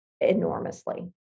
enormously